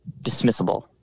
dismissible